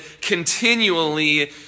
continually